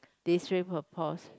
they spray her paws